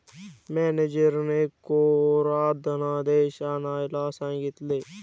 मॅनेजरने कोरा धनादेश आणायला सांगितले